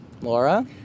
Laura